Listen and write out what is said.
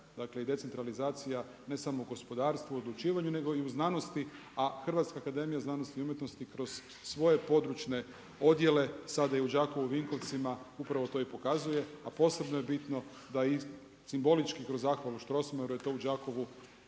Dakle, i decentralizacija, ne samo u gospodarstvu i odlučivanju, nego i u znanosti, a HAZU kroz svoje područne odjele sada i u Đakovu i u Vinkovcima, upravo to i pokazuje, a posebno je bitno da i simbolički kroz zahvalu Stossmayeru, je to u Đakovu